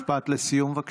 משפט לסיום, בבקשה.